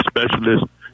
specialist